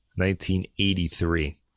1983